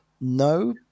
No